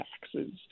taxes